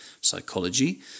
psychology